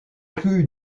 rues